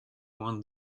won